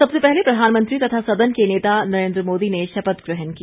सबसे पहले प्रधानमंत्री तथा सदन के नेता नरेन्द्र मोदी ने शपथ ग्रहण की